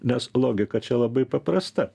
nes logika čia labai paprasta